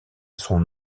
son